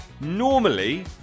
normally